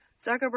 Zuckerberg